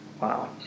Wow